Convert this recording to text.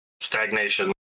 stagnation